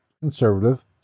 conservative